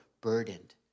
burdened